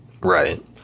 Right